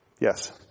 Yes